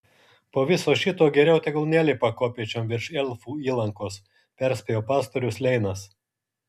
po viso šito geriau tegul nelipa kopėčiom virš elfų įlankos perspėjo pastorius leinas